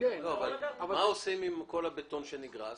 מה עושים עם כל הבטון שנגרס?